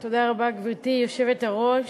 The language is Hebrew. גברתי היושבת-ראש,